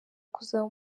kuzaba